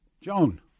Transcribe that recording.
Joan